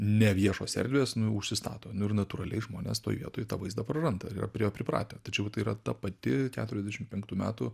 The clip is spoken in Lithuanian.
ne viešos erdvės nu užsistato nu ir natūraliai žmonės toj vietoj tą vaizdą praranda yra prie pripratę tačiau tai yra ta pati keturiasdešim penktų metų